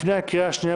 לפני הקריאה השנייה